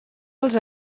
als